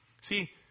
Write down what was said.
See